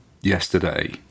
yesterday